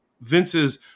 Vince's